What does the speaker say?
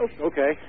okay